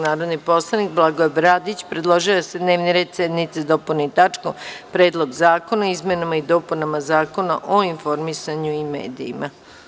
Narodni poslanik Blagoje Bradić predložio je da se dnevni red sednice dopuni tačkom – Predlog zakona o izmenama i dopunama Zakona o informisanju i medijima.